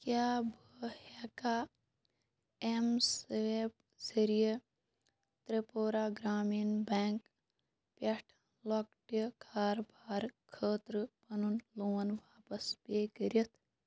کیٛاہ بہٕ ہٮ۪کھا ایٚم سُوایپ ذٔریعہِ تِرٛپوٗرا گرٛامیٖن بیٚنٛک پٮ۪ٹھ لۄکٹہِ کارٕبارٕ خٲطرٕ پَنُن لون واپس پے کٔرِتھ